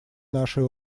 нашей